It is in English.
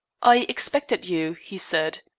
i expected you, he said.